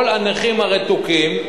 כל הנכים הרתוקים,